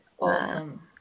Awesome